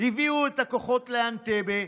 הביאו את הכוחות לאנטבה,